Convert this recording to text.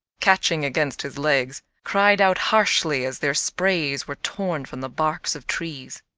catching against his legs, cried out harshly as their sprays were torn from the barks of trees.